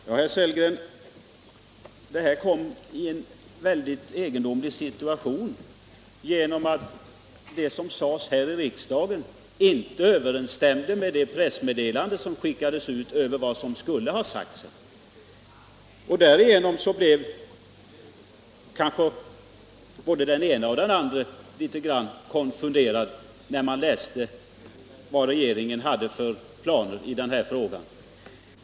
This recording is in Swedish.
Ja, herr Sellgren, det blev en väldigt egendomlig situation genom att det som sades här i riksdagen inte överensstämde med det pressmeddelande som skickades ut om vad som skulle ha sagts. Därigenom blev kanske både den ene och den andre litet konfunderad när man läste vad regeringen hade för planer i denna fråga.